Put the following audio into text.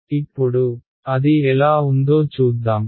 ఇప్పుడు అది ఎలా ఉందో చూద్దాం